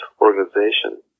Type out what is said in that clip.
organization